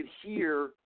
hear